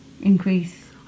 increase